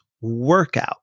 workout